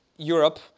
Europe